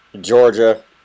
Georgia